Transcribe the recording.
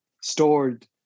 stored